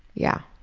yeah.